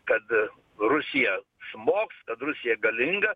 kad rusija smogs kad rusija galinga